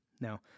Now